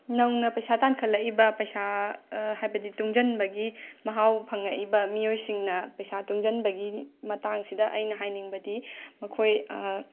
ꯅꯧꯅ ꯄꯩꯁꯥ ꯇꯥꯟꯈꯠꯂꯛꯏꯕ ꯄꯩꯁꯥ ꯍꯥꯏꯕꯗꯤ ꯇꯨꯡꯁꯤꯟꯕꯒꯤ ꯃꯍꯥꯎ ꯐꯪꯉꯛꯏꯕ ꯃꯤꯑꯣꯏꯁꯤꯡꯅ ꯄꯩꯁꯥ ꯇꯨꯡꯁꯤꯟꯕꯒꯤ ꯃꯇꯥꯡꯁꯤꯗ ꯑꯩꯅ ꯍꯥꯏꯅꯤꯡꯕꯗꯤ ꯃꯈꯣꯏ